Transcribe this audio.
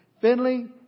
Finley